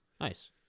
Nice